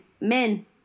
Men